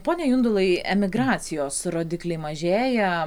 pone jundulai emigracijos rodikliai mažėja